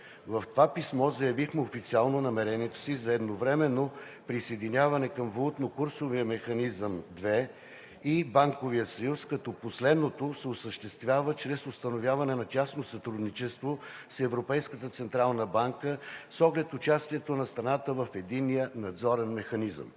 В това писмо заявихме официално намерението си за едновременно присъединяване към Валутно-курсовия механизъм ERM II и Банковия съюз, като последното се осъществява чрез установяване на тясно сътрудничество с Европейската централна банка, с оглед участието на страната в Единния надзорен механизъм.